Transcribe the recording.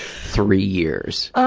three years.